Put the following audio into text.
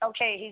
Okay